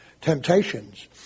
temptations